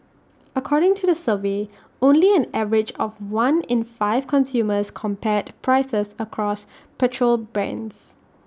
according to the survey only an average of one in five consumers compared prices across petrol brands